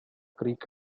creek